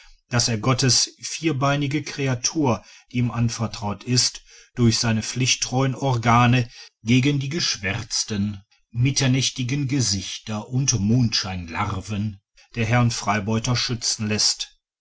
daß er gottes vierbeinige kreatur die ihm anvertraut ist durch seine pflichttreuen organe gegen die geschwärzten mitternächtigen gesichter und mondscheinlarven der herren freibeuter schützen läßt